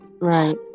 Right